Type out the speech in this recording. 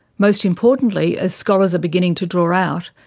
most importantly as scholars are beginning to draw out,